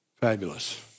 Fabulous